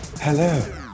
Hello